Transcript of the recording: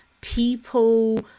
people